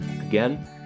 Again